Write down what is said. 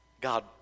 God